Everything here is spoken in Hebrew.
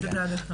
שתדע לך.